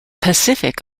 pacific